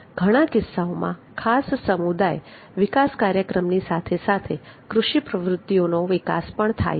ઘણા કિસ્સાઓમાં ખાસ સમુદાય વિકાસ કાર્યક્રમની સાથે સાથે કૃષિ પ્રવૃત્તિઓનો વિકાસ પણ થાય છે